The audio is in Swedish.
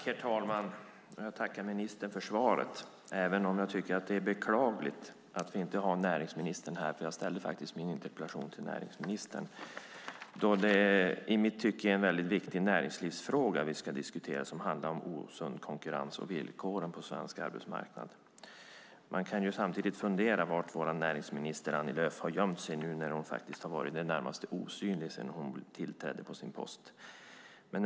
Herr talman! Jag tackar ministern för svaret, även om jag tycker att det är beklagligt att vi inte har näringsministern här. Jag ställde faktiskt min interpellation till näringsministern då det i mitt tycke är en mycket viktig näringslivsfråga som vi ska diskutera och som handlar om osund konkurrens och villkoren på svensk arbetsmarknad. Man kan samtidigt fundera på var vår näringsminister Annie Lööf har gömt sig nu när hon faktiskt har varit i det närmaste osynlig sedan hon tillträdde sin post.